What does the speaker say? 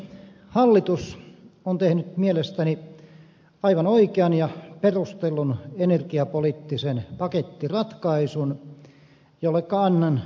hallitus on tehnyt mielestäni aivan oikean ja perustellun energiapoliittisen pakettiratkaisun jolleka annan kaiken tukeni